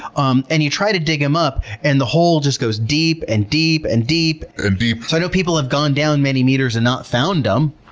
um you try to dig them up, and the hole just goes deep and deep and deep and deep. i know people have gone down many meters and not found them.